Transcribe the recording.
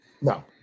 No